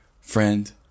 Friend